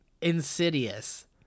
insidious